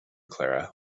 clara